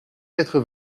quatre